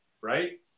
right